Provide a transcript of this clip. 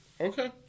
Okay